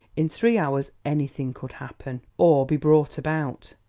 in three hours anything could happen, or be brought about.